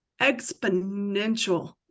exponential